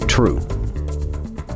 true